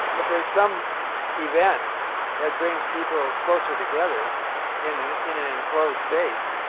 if there's some event that brings people closer together in an in an enclosed space,